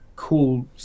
cool